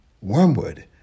wormwood